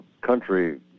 Country